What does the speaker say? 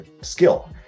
skill